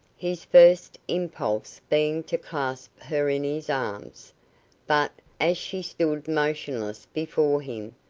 his first impulse being to clasp her in his arms but, as she stood motionless before him,